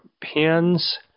pins